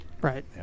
right